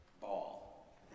Ball